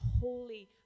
holy